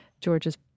George's